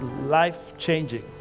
life-changing